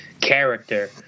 character